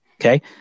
okay